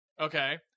okay